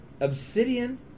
Obsidian